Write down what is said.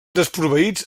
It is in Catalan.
desproveïts